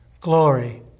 glory